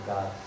God